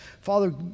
Father